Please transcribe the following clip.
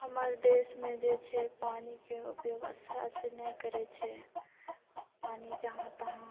हमर देशमे जे छै पानिके उपयोग अच्छा से नहि करैत छै पानि जहाँ तहाँ